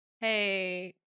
hey